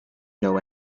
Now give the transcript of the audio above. know